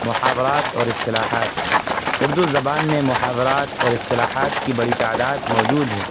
محاورات اور اصطلاحات اردو زبان میں محاورات اور اصطلاحات کی بڑی تعداد موجود ہے